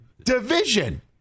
division